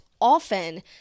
often